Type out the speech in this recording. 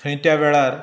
थंय त्या वेळार